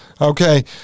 Okay